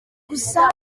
gusa